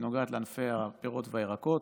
היא נוגעת לענפי הפירות והירקות,